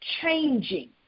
changing